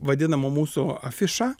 vadinama mūsų afiša